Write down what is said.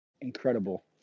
Incredible